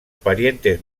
parientes